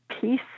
peace